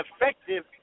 effective